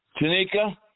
Tanika